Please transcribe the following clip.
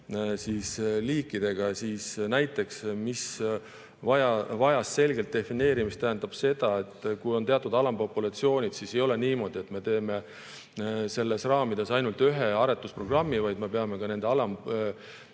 liikidega. Näiteks, mis vajas selgelt defineerimist, on see, et kui on teatud alampopulatsioonid, siis ei ole niimoodi, et me teeme nendes raamides ainult ühe aretusprogrammi, vaid me peame ka nende alampopulatsioonide